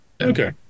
Okay